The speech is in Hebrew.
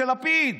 של לפיד.